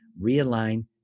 realign